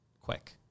quick